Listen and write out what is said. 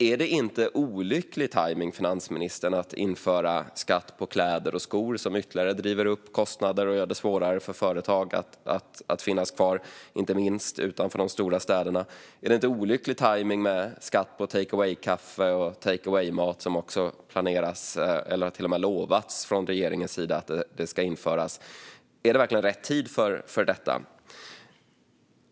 Är det inte olycklig tajmning, finansministern, att införa skatt på kläder och skor som ytterligare driver upp kostnader och gör det svårare för företag att finnas kvar, inte minst utanför de stora städerna? Är det inte olycklig tajmning med skatt på take away-kaffe och take away-mat, som också planeras eller som regeringen till och med har lovat ska införas? Är det verkligen rätt tid för detta?